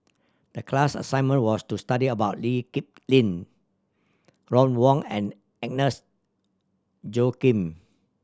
the class assignment was to study about Lee Kip Lin Ron Wong and Agnes Joaquim